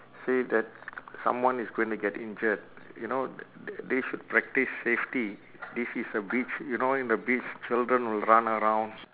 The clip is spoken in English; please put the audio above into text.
say that someone is going to get injured you know th~ th~ they should practice safety this a beach you know in the beach children will run around